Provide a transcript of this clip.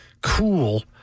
Cool